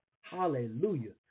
Hallelujah